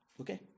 okay